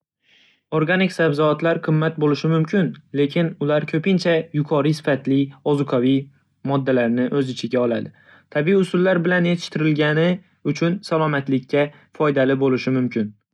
Organik sabzavotlar qimmat bo'lishi mumkin, lekin ular ko'pincha yuqori sifatli ozuqaviy moddalarni o'z ichiga oladi. Tabiiy usullar bilan yetishtirilgani uchun salomatlikka foydali bo'lishi mumkin.